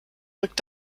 rückt